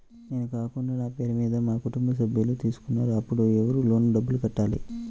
నేను కాకుండా నా పేరు మీద మా కుటుంబ సభ్యులు తీసుకున్నారు అప్పుడు ఎవరు లోన్ డబ్బులు కట్టాలి?